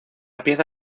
pieza